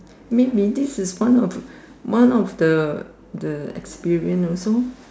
maybe this is one of one of the the experience also